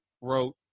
wrote